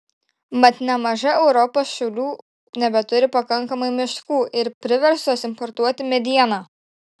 mat nemaža europos šalių nebeturi pakankamai miškų ir priverstos importuoti medieną